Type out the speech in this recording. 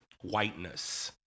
whiteness